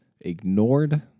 Ignored